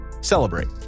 celebrate